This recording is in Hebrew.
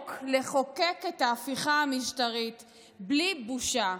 אמוק לחוקק את ההפיכה המשטרית בלי בושה.